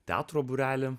teatro būrelį